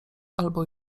albo